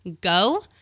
go